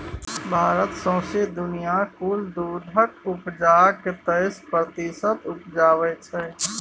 भारत सौंसे दुनियाँक कुल दुधक उपजाक तेइस प्रतिशत उपजाबै छै